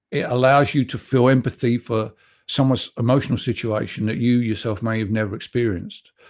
it allows you to feel empathy for someone's emotional situation that you yourself may have never experienced.